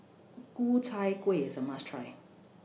Ku Chai Kueh IS A must Try